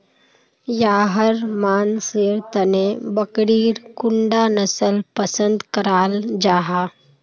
याहर मानसेर तने बकरीर कुंडा नसल पसंद कराल जाहा?